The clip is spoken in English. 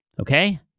Okay